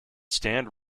stand